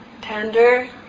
tender